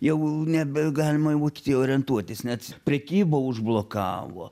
jau nebegalima į vokietiją orientuotis net prekyba užblokavo